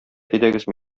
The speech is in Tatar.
әйдәгез